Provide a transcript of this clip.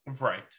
Right